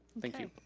thank you.